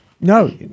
No